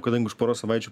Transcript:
kadangi už poros savaičių